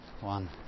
one